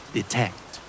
Detect